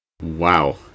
Wow